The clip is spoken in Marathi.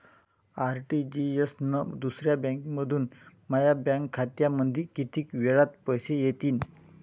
आर.टी.जी.एस न दुसऱ्या बँकेमंधून माया बँक खात्यामंधी कितीक वेळातं पैसे येतीनं?